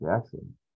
Jackson